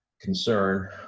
concern